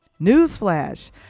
Newsflash